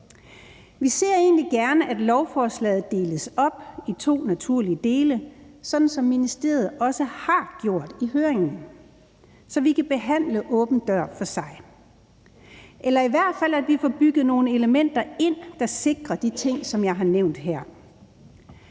Vi ser egentlig gerne, at lovforslaget deles op i to naturlige dele, sådan som ministeriet også har gjort i høringen, så vi kan behandle åben dør for sig, eller at vi i hvert fald får bygget nogle elementer ind, der sikrer de ting, som jeg har nævnt her.